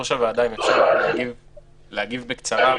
אם אפשר להגיב בקצרה.